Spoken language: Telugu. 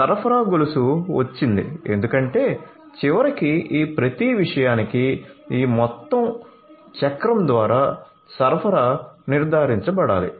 సరఫరా గొలుసు వచ్చింది ఎందుకంటే చివరికి ఈ ప్రతి విషయానికి ఈ మొత్తం చక్రం ద్వారా సరఫరా నిర్ధారించబడాలి